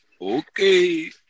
Okay